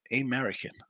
American